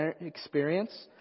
experience